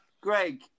Greg